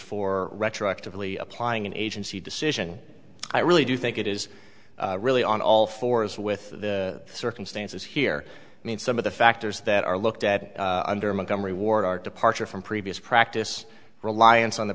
for retroactively applying an agency decision i really do think it is really on all fours with the circumstances here i mean some of the factors that are looked at under montgomery ward are departure from previous practice reliance on the